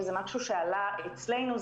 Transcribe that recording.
זה משהו שעלה אצלנו,